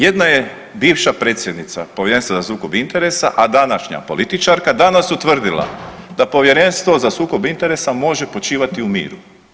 Jedna je bivša predsjednica Povjerenstva za sukob interesa a današnja političarka danas utvrdila da Povjerenstvo za sukob interesa može počivati u miru.